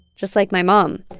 just like my mom.